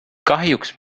kahjuks